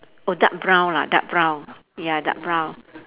oh dark brown lah dark brown ya dark brown